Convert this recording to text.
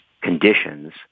conditions